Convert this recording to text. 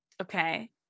Okay